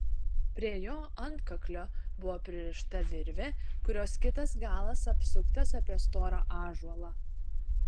prie jo antkaklio buvo pririšta virvė kurios kitas galas apsuktas apie storą ąžuolą